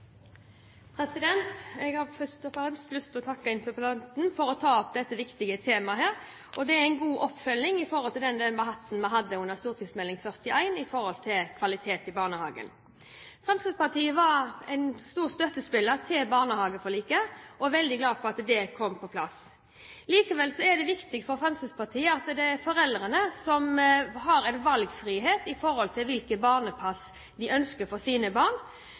Jeg har først og fremst lyst til å takke interpellanten for å ta opp dette viktige temaet. Det er en god oppfølging av den debatten vi hadde om St.meld. nr. 41 for 2008–2009 Kvalitet i barnehagen. Fremskrittspartiet var en stor støttespiller i barnehageforliket og er veldig glad for at det kom på plass. Likevel er det viktig for Fremskrittspartiet at foreldrene har en valgfrihet med hensyn til hvilket barnepass de ønsker for sine barn,